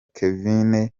kevin